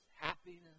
happiness